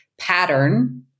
pattern